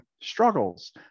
Struggles